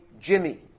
Jimmy